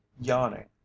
yawning